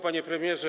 Panie Premierze!